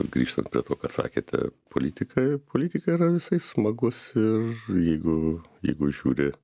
grįžtant prie to ką sakėte politika politika yra visai smagus ir jeigu jeigu žiūri